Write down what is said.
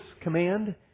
command